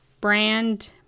brand